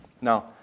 Now